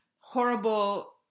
horrible